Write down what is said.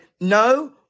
no